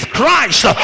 Christ